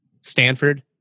Stanford